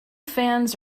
fans